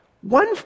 One